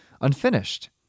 unfinished